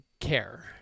care